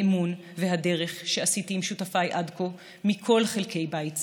האמון והדרך שעשיתי עם שותפיי עד כה מכל חלקי בית זה.